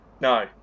No